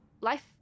life